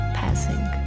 passing